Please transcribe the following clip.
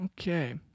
Okay